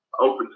open